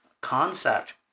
concept